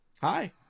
Hi